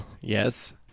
Yes